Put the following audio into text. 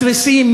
מתריסים,